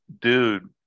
dude